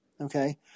Okay